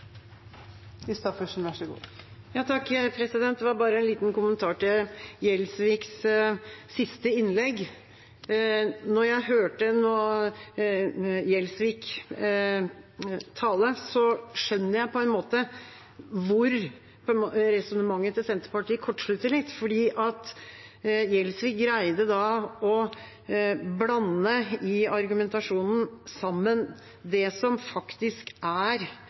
Det var bare en liten kommentar til Gjelsviks siste innlegg. Da jeg hørte Gjelsvik tale, skjønner jeg hvor resonnementet til Senterpartiet kortslutter litt. Gjelsvik greide i argumentasjonen å blande sammen det som faktisk er